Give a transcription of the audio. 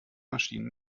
maschinen